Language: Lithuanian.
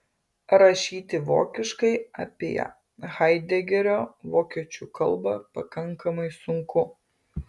rašyti vokiškai apie haidegerio vokiečių kalbą pakankamai sunku